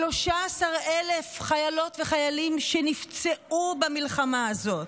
13,000 חיילות וחיילים שנפצעו במלחמה הזאת,